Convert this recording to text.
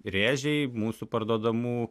rėžiai mūsų parduodamų